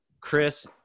Chris